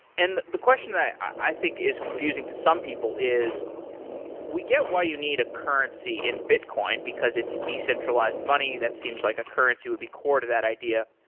and the the question that i i think is confusing to some people is we get why you need a currency in bitcoin, because it's decentralized money. that seems like a currency would be core to that idea.